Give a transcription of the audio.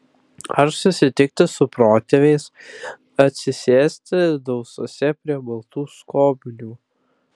ar susitikti su protėviais atsisėsti dausose prie baltų skobnių